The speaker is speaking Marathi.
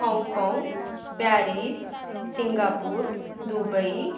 हाँगकाँग पॅरिस सिंगापूर दुबई